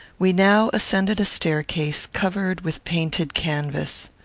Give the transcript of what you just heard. we now ascended a staircase, covered with painted canvas.